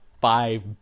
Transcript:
five